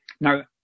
Now